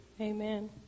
Amen